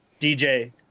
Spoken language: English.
DJ